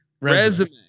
Resume